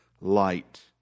light